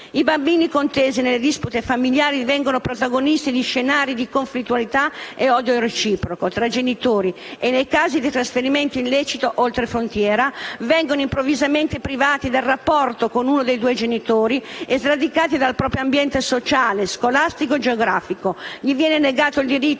I bambini contesi nelle dispute familiari divengono protagonisti di scenari di conflittualità e odio reciproco tra genitori e, nei casi di trasferimento illecito oltre frontiera, vengono improvvisamente privati del rapporto con uno dei due genitori e sradicati dal proprio ambiente sociale, scolastico e geografico. Gli viene negato il diritto